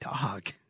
dog